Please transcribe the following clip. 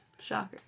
Shocker